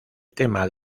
tema